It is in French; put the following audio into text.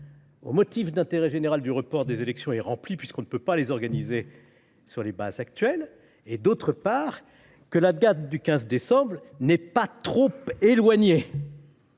au motif d’intérêt général du report des élections est remplie, puisque l’on ne peut pas organiser ces dernières sur les bases actuelles, d’autre part, que la date du 15 décembre n’est pas trop éloignée.